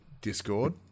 Discord